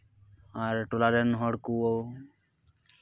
ᱟᱨ ᱴᱚᱞᱟ ᱨᱮᱱ ᱦᱚᱲ ᱠᱚ